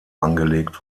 angelegt